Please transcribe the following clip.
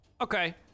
Okay